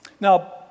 Now